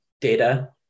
Data